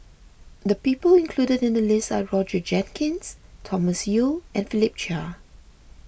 the people included in the list are Roger Jenkins Thomas Yeo and Philip Chia